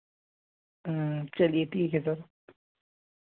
चलिए ठीक है सर